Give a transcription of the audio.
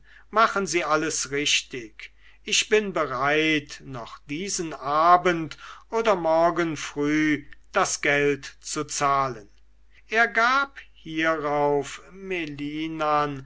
machen sie alles richtig ich bin bereit noch diesen abend oder morgen früh das geld zu zahlen er gab hierauf melinan